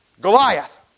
Goliath